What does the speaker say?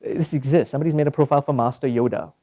this exists, somebody's made a profile for master yoda.